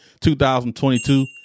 2022